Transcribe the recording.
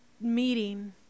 meeting